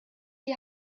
die